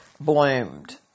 Bloomed